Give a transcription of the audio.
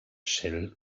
shell